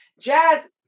jazz